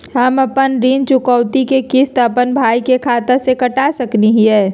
हम अपन ऋण चुकौती के किस्त, अपन भाई के खाता से कटा सकई हियई?